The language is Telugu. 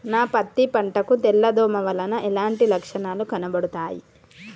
నా పత్తి పంట కు తెల్ల దోమ వలన ఎలాంటి లక్షణాలు కనబడుతాయి?